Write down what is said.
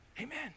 Amen